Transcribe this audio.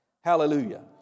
Hallelujah